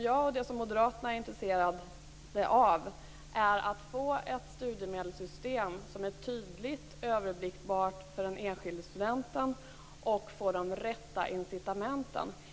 Jag och moderaterna är intresserade av att få ett studiemedelssystem som är tydligt och överblickbart för den enskilda studenten, och som har de rätta incitamenten.